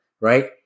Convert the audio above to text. right